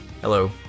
Hello